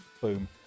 boom